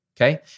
okay